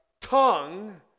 tongue